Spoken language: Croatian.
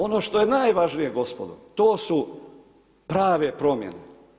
Ono što je najvažnije gospodo, to su prave promjene.